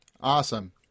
Awesome